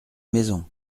maisons